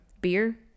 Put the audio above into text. Beer